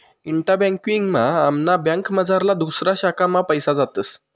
इंटा banking मा आमना बँकमझारला दुसऱा शाखा मा पैसा जातस